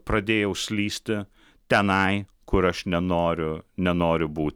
pradėjau slysti tenai kur aš nenoriu nenoriu būti